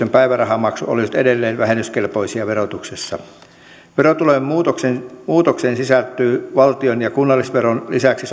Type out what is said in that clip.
päivärahamaksu olisivat edelleen vähennyskelpoisia verotuksessa verotulojen muutokseen sisältyy valtion ja kunnallisveron lisäksi